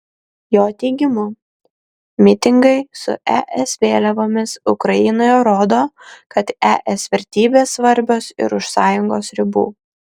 jo teigimu mitingai su es vėliavomis ukrainoje rodo kad es vertybės svarbios ir už sąjungos ribų